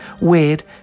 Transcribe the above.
weird